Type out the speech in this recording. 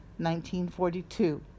1942